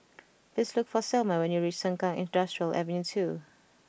please look for Selma when you reach Sengkang Industrial Ave two